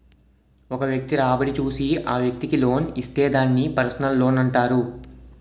ఒక వ్యక్తి రాబడి చూసి ఆ వ్యక్తికి లోన్ ఇస్తే దాన్ని పర్సనల్ లోనంటారు